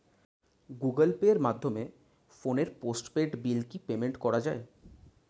Google pay মাধ্যমে ফোনের postpaid bill কি পেমেন্ট করা যায়?